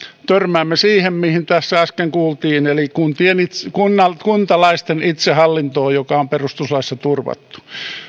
törmäämme siihen mistä tässä äsken kuultiin eli kuntalaisten itsehallintoon joka on perustuslaissa turvattu